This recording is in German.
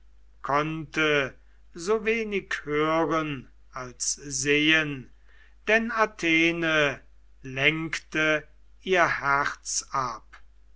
konnte so wenig hören als sehen denn athene lenkte ihr herz ab